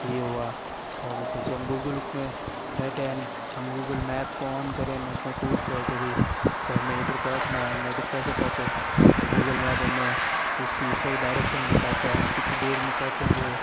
ये हुआ और जैसे हम गूगल बुक में हर टाइम हम गूगल मैप को ओन करें उसमें पूछता है कि भई कि हमें इधर पहुँचना है हम इधर कैसे पहुँचे तो गूगल मैप हमें उसकी सही डायरेक्शन बता देता है कि हम कित्ती देर में पहुँचेंगे